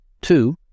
Two